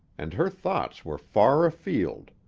and her thoughts were far afield,